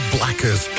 Blackers